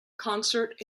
concert